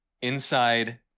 inside